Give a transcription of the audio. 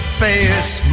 face